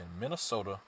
Minnesota